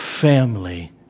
family